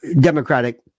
Democratic